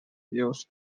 used